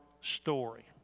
story